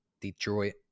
Detroit